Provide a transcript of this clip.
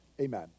amen